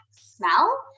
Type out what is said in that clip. smell